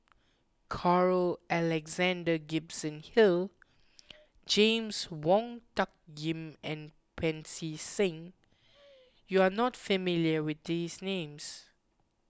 Carl Alexander Gibson Hill James Wong Tuck Yim and Pancy Seng you are not familiar with these names